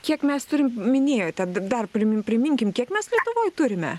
kiek mes turim minėjote d dar prim priminkim kiek mes lietuvoj turime